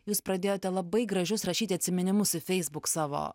jūs pradėjote labai gražius rašyti atsiminimus į facebook savo